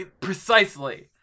Precisely